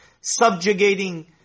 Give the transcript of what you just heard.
subjugating